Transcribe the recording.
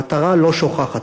המטרה לא שוכחת.